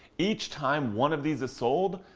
each time one of these is sold,